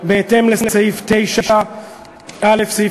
התשע"ה 2014,